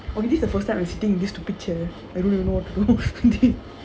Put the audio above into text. or is this the first time I'm sitting in this stupid chair I don't even know what to do